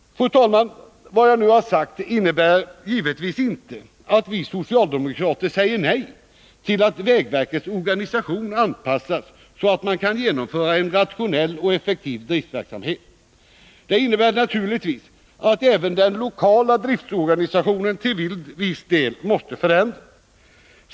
Fru talman! Vad jag nu har sagt innebär givetvis inte att vi socialdemokrater säger nej till att vägverkets organisation anpassas så att man kan genomföra en rationell och effektiv driftverksamhet. Detta innebär naturligtvis att även den lokala driftorganisationen till viss del måste förändras.